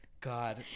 God